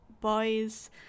boys